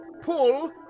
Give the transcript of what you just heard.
pull